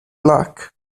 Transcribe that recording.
luck